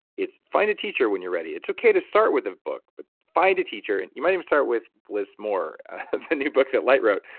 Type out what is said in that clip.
it's find a teacher when you're ready. it's okay to start with a book, but find a teacher. you might even start with bliss more, the new book that light wrote.